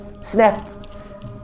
snap